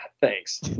Thanks